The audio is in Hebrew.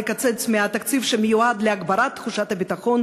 נקצץ בתקציב שמיועד להגברת תחושת הביטחון